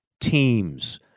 teams